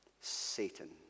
Satan